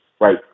right